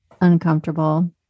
uncomfortable